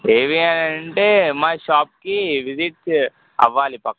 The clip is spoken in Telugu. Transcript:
ఏవి అని అంటే మా షాప్కి విజిట్ చే అవ్వాలి ప